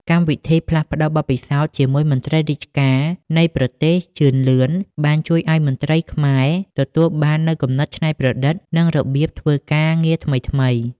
កម្មវិធីផ្លាស់ប្តូរបទពិសោធន៍ជាមួយមន្ត្រីរាជការនៃប្រទេសជឿនលឿន បានជួយឱ្យមន្ត្រីខ្មែរទទួលបាននូវគំនិតច្នៃប្រឌិត និងរបៀបធ្វើការងារថ្មីៗ។